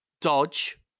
dodge